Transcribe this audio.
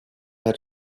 had